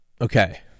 Okay